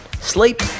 Sleep